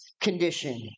condition